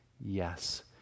Yes